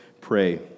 pray